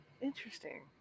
Interesting